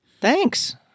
Thanks